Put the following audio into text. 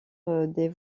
des